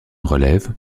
relève